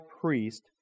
priest